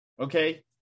Okay